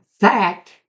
fact